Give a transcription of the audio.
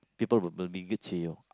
people will will mingle to you